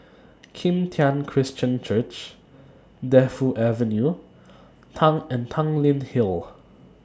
Kim Tian Christian Church Defu Avenue and Tanglin Hill